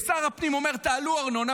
שר הפנים אומר: תעלו ארנונה,